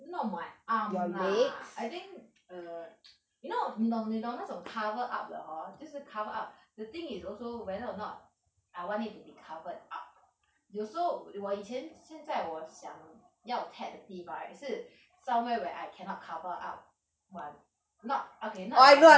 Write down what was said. not my arm lah I think err you know 你懂你懂那种 cover up liao hor 就是 cover up the thing is also whether or not I want it to be covered up 有时候我以前现在我想要 tat~ 的地方 right 是 somewhere where I cannot cover up [one] not okay not that I can